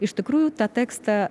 iš tikrųjų tą tekstą